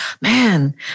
Man